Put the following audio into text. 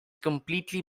completely